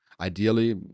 ideally